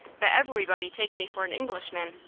but evewybody takes me for an englishman.